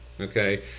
Okay